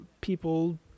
people